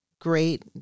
great